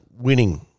winning